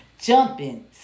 Jumping